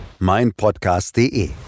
meinpodcast.de